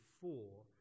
four